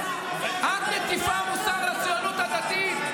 את מטיפה מוסר לציונות הדתית?